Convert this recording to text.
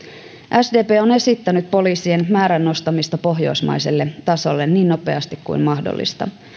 sdp on esittänyt poliisien määrän nostamista pohjoismaiselle tasolle niin nopeasti kuin mahdollista